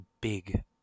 big